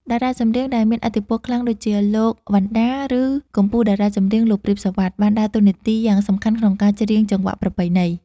តារាចម្រៀងដែលមានឥទ្ធិពលខ្លាំងដូចជា លោក វណ្ណដា ឬកំពូលតារាចម្រៀង លោក ព្រាប សុវត្ថិ បានដើរតួនាទីយ៉ាងសំខាន់ក្នុងការច្រៀងចង្វាក់ប្រពៃណី។